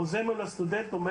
החוזה מול הסטודנט אומר